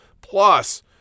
plus